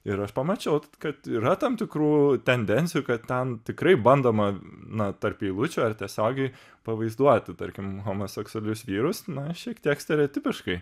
ir aš pamačiau kad yra tam tikrų tendencijų kad ten tikrai bandoma na tarp eilučių ar tiesiogiai pavaizduoti tarkim homoseksualius vyrus na šiek tiek stereotipiškai